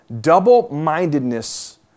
Double-mindedness